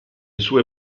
sue